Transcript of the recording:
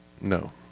no